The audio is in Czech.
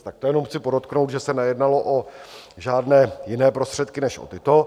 Tak to jenom chci podotknout, že se nejednalo o žádné jiné prostředky než o tyto.